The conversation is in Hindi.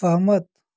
सहमत